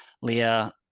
Leah